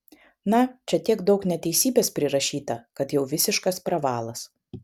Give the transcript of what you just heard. na čia tiek daug neteisybės prirašyta kad jau visiškas pravalas